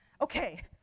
okay